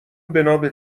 بنابه